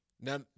Now